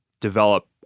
develop